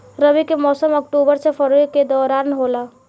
रबी के मौसम अक्टूबर से फरवरी के दौरान होला